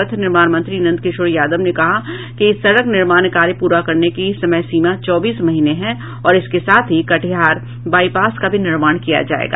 पथ निर्माण मंत्री नंद किशोर यादव ने कहा कि इस सड़क निर्माण कार्य पूरा करने की समयसीमा चौबीस महीने है और इसके साथ ही कटिहार बाइपास का भी निर्माण किया जायेगा